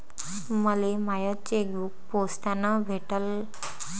मले my chequebook पोस्टानं भेटल